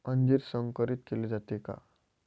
अंजीर संकरित केले जाते का?